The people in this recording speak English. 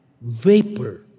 vapor